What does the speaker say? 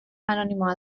anonimoa